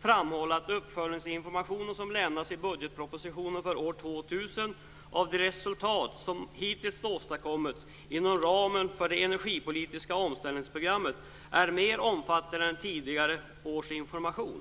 framhålla att uppföljningsinformationen som lämnas i budgetpropositionen för år 2000 av de resultat som hittills åstadkommits inom ramen för det energipolitiska omställningsprogrammet är mer omfattande än tidigare års information.